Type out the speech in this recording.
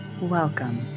Welcome